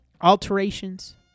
alterations